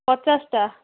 ପଚାଶଟା